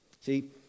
See